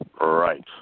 Right